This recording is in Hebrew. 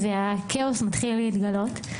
הכאוס מתחיל להתגלות.